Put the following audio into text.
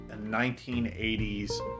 1980's